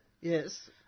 Yes